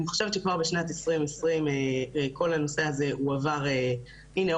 חושבת שכבר בשנת 2020 כל הנושא הזה הועבר הנה,